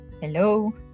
Hello